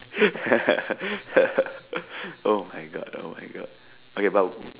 [oh]-my-God [oh]-my-God okay but